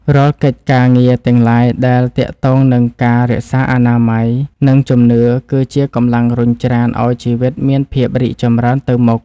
រាល់កិច្ចការងារទាំងឡាយដែលទាក់ទងនឹងការរក្សាអនាម័យ និងជំនឿ គឺជាកម្លាំងរុញច្រានឱ្យជីវិតមានភាពរីកចម្រើនទៅមុខ។